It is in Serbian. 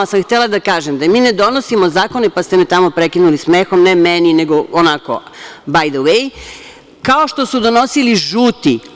Ali, htela sam da kažem da mi ne donosimo zakone, pa ste me tamo prekinuli smehom, ne meni, nego onako, „baj d vej“, kao što su donosili žuti.